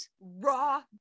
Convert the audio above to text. Raw